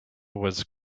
was